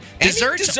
dessert